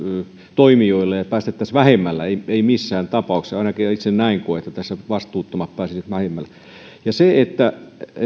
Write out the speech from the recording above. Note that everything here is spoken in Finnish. toimijoille että päästettäisiin vähemmällä ei ei missään tapauksessa ainakaan itse en näin koe että tässä vastuuttomat pääsisivät vähemmällä ja se että